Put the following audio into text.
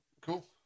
cool